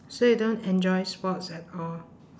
so you don't enjoy sports at all